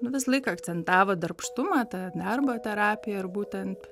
nu visą laiką akcentavo darbštumą tą darbo terapiją ir būtent